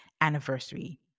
anniversary